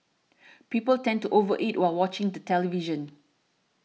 people tend to over eat while watching the television